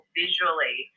visually